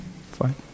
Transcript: fine